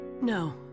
No